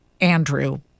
Andrew